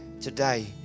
today